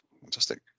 Fantastic